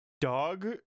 Dog